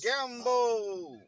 Gamble